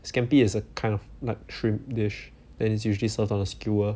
scampi is a kind of like shrimp dish then it's usually served on a skewer